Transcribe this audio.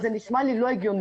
זה נשמע לי לא הגיוני.